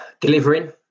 delivering